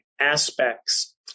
aspects